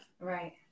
Right